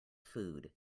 food